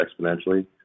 exponentially